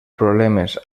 problemes